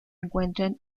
encuentran